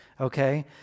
okay